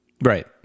right